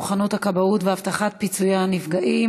מוכנות מערך הכבאות והבטחת פיצוי הנפגעים.